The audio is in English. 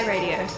Radio